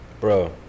Bro